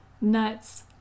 nuts